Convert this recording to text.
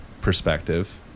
perspective